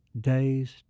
days